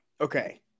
okay